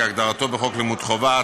כהגדרתו בחוק לימוד חובה,